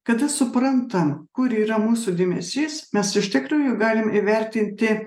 kada suprantam kur yra mūsų dėmesys mes iš tikrųjų galim įvertinti